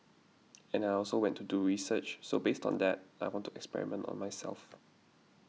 and I also went to do research so based on that I went to experiment on myself